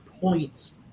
points